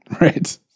Right